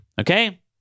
Okay